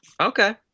Okay